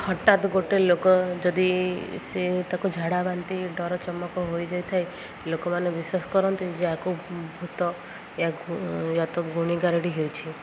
ହଠାତ୍ ଗୋଟେ ଲୋକ ଯଦି ସେିଏ ତାକୁ ଝାଡ଼ା ବାନ୍ତି ଡ଼ର ଚମକ ହୋଇଯାଇଥାଏ ଲୋକମାନେ ବିଶ୍ୱାସ କରନ୍ତି ଯେ ଆକୁ ଭୂତ ୟା ତ ୟାକୁ ଗୁଣିଗାରେଡ଼ି ହୋଇଛି